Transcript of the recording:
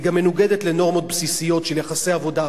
היא גם מנוגדת לנורמות בסיסיות של יחסי עבודה,